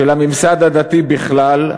של הממסד הדתי בכלל,